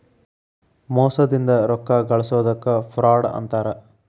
ಮೋಸದಿಂದ ರೊಕ್ಕಾ ಗಳ್ಸೊದಕ್ಕ ಫ್ರಾಡ್ ಅಂತಾರ